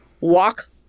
walk